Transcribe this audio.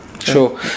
Sure